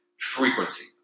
frequency